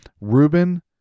Ruben